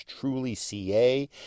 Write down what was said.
trulyca